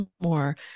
more